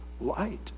light